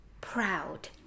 proud